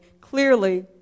clearly